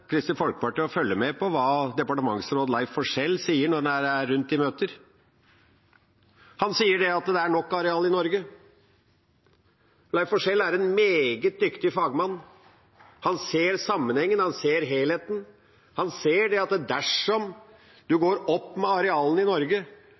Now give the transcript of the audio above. Kristelig Folkeparti å følge med på hva departementsråd Leif Forsell sier når han er på møter rundt omkring. Han sier at det er nok areal i Norge. Leif Forsell er en meget dyktig fagmann. Han ser sammenhenger, han ser helheten. Han ser at dersom